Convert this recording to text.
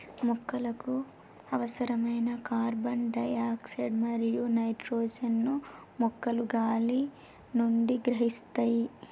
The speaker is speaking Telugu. మొక్కలకు అవసరమైన కార్బన్ డై ఆక్సైడ్ మరియు నైట్రోజన్ ను మొక్కలు గాలి నుండి గ్రహిస్తాయి